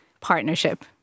partnership